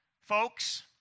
folks